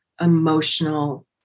emotional